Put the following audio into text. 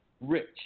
rich